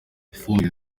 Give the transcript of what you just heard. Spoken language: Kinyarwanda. ifumbire